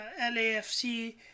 LAFC